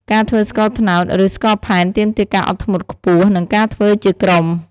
ការធ្វើស្ករត្នោត ឬ ស្ករផែនទាមទារការអត់ធ្មត់ខ្ពស់ និងការធ្វើជាក្រុម។